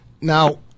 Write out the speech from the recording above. Now